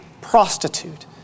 prostitute